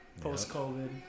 Post-COVID